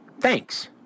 Thanks